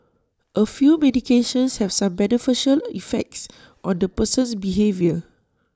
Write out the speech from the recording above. A few medications have some beneficial effects on the person's behaviour